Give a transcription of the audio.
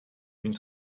une